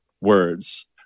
words